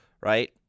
right